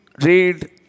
read